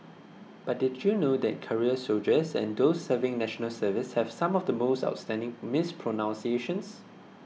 but did you know that career soldiers and those serving National Service have some of the most outstanding mispronunciations